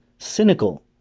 cynical